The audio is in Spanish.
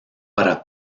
para